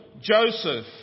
Joseph